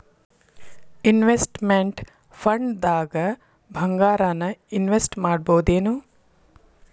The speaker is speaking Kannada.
ಇನ್ವೆಸ್ಟ್ಮೆನ್ಟ್ ಫಂಡ್ದಾಗ್ ಭಂಗಾರಾನ ಇನ್ವೆಸ್ಟ್ ಮಾಡ್ಬೊದೇನು?